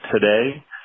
today